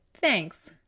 thanks